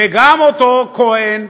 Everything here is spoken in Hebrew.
וגם אותו כהן,